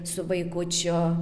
su vaikučiu